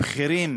בכירים